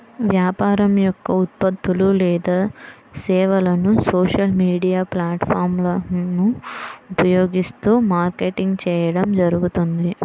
వ్యాపారం యొక్క ఉత్పత్తులు లేదా సేవలను సోషల్ మీడియా ప్లాట్ఫారమ్లను ఉపయోగిస్తూ మార్కెటింగ్ చేయడం జరుగుతుంది